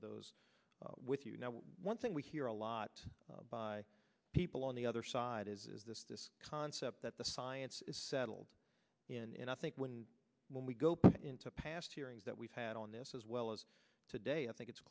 of those with you know one thing we hear a lot by people on the other side is this concept that the science is settled in and i think when we go into past hearings that we've had on this as well as today i think it's